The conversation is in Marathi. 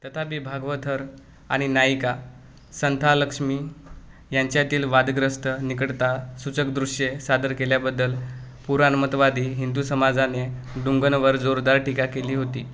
तथापी भागवथर आणि नायिका संथानलक्ष्मी यांच्यातील वादग्रस्त निकटता सुचक दृश्ये सादर केल्याबद्दल पुराणमतवादी हिंदू समाजाने डुंगनवर जोरदार टिका केली होती